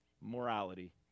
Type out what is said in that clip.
morality